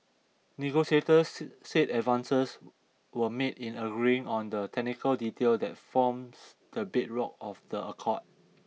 negotiators said said advances were made in agreeing on the technical detail that forms the bedrock of the accord